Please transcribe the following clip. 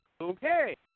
okay